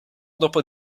dopo